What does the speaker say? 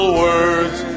words